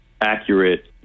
accurate